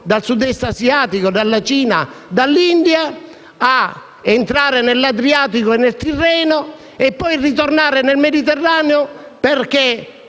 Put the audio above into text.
dal Sud-Est asiatico, dalla Cina e dall'India a entrare nell'Adriatico e nel Tirreno e poi ritornare nel Mediterraneo, perché